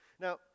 Now